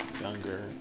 younger